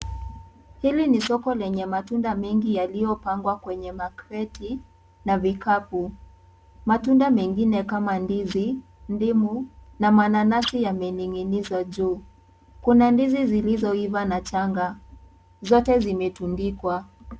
Hili ni soko lenye matunda mengi yaliyopangwa kwenye makreti na vikapu. Matunda mengine kama ndizi, ndimu na mananazi yameninginizwa juu. Kuna ndizi zilizoiva na changa zote zimetundikwa.